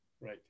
Right